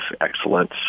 excellence